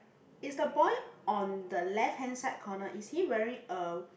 is the boy on the left hand side corner is he wearing a